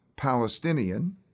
Palestinian